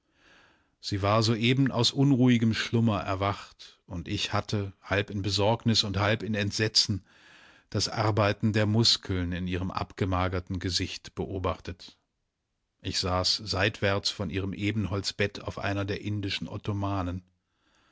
sie war soeben aus unruhigem schlummer erwacht und ich hatte halb in besorgnis und halb in entsetzen das arbeiten der muskeln in ihrem abgemagerten gesicht beobachtet ich saß seitwärts von ihrem ebenholzbett auf einer der indischen ottomanen